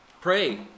Pray